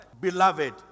Beloved